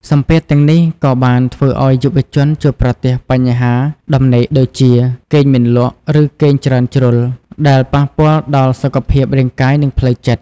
សម្ពាធទាំងនេះក៏បានធ្វើឱ្យយុវជនជួបប្រទះ បញ្ហាដំណេកដូចជា គេងមិនលក់ ឬគេងច្រើនជ្រុល ដែលប៉ះពាល់ដល់សុខភាពរាងកាយនិងផ្លូវចិត្ត។